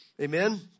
Amen